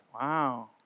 Wow